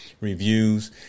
reviews